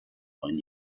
neun